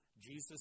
Jesus